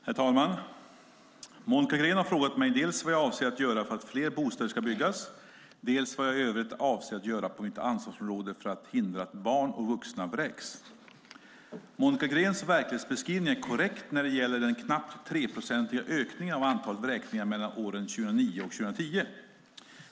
Herr talman! Monica Green har frågat mig dels vad jag avser att göra för att fler bostäder ska byggas, dels vad jag i övrigt avser att göra på mitt ansvarsområde för att hindra att barn och vuxna vräks. Monica Greens verklighetsbeskrivning är korrekt när det gäller den knappt 3-procentiga ökningen av antalet vräkningar åren 2009-2010.